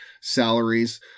salaries